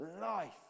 Life